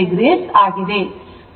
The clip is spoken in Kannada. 99o ಆಗಿದೆ